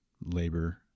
labor